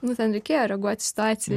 nu ten reikėjo reaguoti į situaciją